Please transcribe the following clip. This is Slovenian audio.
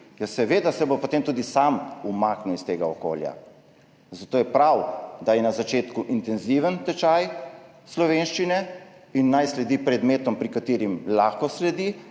seveda se bo potem tudi sam umaknil iz tega okolja. Zato je prav, da je na začetku intenziven tečaj slovenščine in naj sledi predmetom, ki jim lahko sledi.